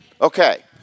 Okay